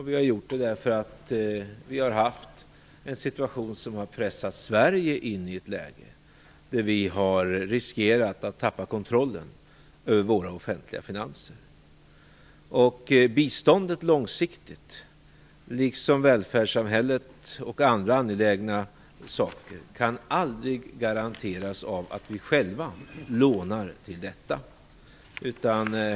Vi har gjort det därför att vi har haft en situation som har pressat Sverige in i ett läge där vi har riskerat att tappa kontrollen över våra offentliga finanser. Biståndet långsiktigt, liksom välfärdssamhället och andra angelägna saker, kan aldrig garanteras av att vi själva lånar till detta.